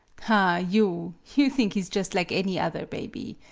ah, you you think he is just like any other baby.